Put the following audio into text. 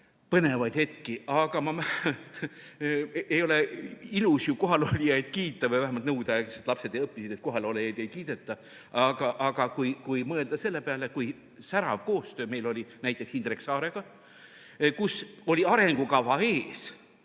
põnevaid hetki. Aga ei ole ilus ju kohalolijaid kiita või vähemalt nõukogudeaegsed lapsed õppisid, et kohalolijaid ei kiideta. Ent kui mõelda selle peale, kui särav koostöö meil oli näiteks Indrek Saarega, kui oli arengukava ees,